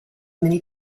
many